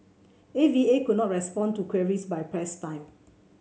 A V A could not respond to queries by press time